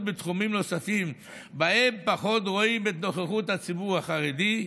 בתחומים נוספים שבהם פחות רואים את נוכחות הציבור החרדי?